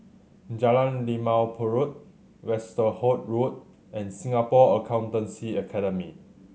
Jalan Limau Purut Westerhout Road and Singapore Accountancy Academy